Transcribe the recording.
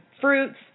fruits